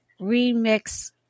remix